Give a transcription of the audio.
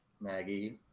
Maggie